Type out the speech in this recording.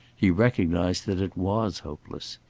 he recognized that it was hopeless.